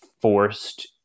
forced